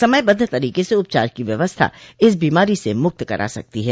समयबद्ध तरीके से उपचार की व्यवस्था इस बीमारी से मुक्त करा सकती है